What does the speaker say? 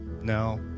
no